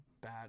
bad